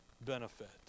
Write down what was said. benefit